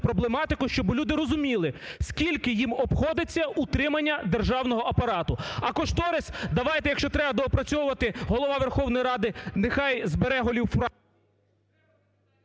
проблематику, щоб люди розуміли скільки їм обходиться утримання державного апарату, а кошторис давайте, якщо треба доопрацьовувати, Голова Верховної Ради нехай збере голів фракцій…